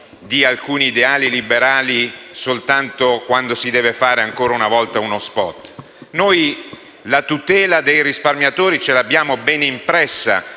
di alcuni ideali liberali soltanto quando si deve fare, ancora una volta, uno *spot*. Noi la tutela dei risparmiatori ce l'abbiamo ben impressa